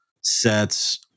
sets